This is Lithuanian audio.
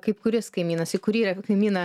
kaip kuris kaimynas į kurį kaimyną